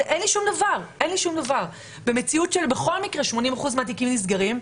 שום דבר במציאות שבכל מקרה 80% מהתיקים נסגרים,